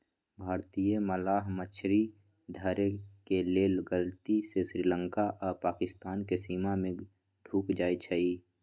भारतीय मलाह मछरी धरे के लेल गलती से श्रीलंका आऽ पाकिस्तानके सीमा में ढुक जाइ छइ